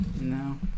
No